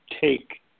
take